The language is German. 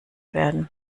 werden